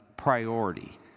priority